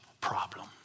problem